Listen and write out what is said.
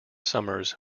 summers